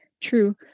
true